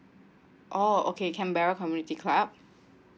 oh okay canberra community club